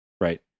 right